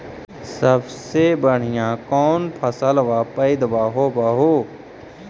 सबसे बढ़िया कौन फसलबा पइदबा होब हो?